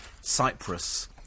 Cyprus